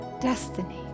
destiny